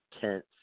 tenth